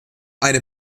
eine